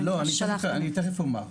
לא, אני תיכף אומר.